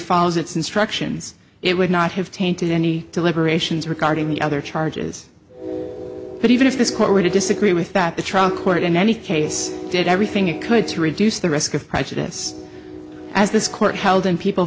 follows its instructions it would not have tainted any deliberations regarding the other charges but even if this court were to disagree with that the trial court in any case did everything it could to reduce the risk of prejudice as this court held in people